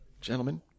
Gentlemen